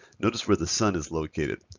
notice where the sun is located.